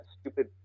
stupid